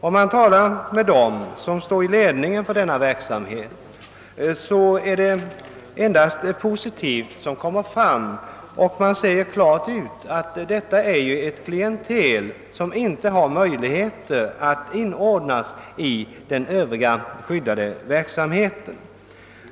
Om man talar med dem som står i ledningen för denna verksamhet, framkommer endast positiva saker, och man säger klart ut att det rör sig om ett klientel som inte har möjlighet att inordnas i den övriga skyddade verksamheten.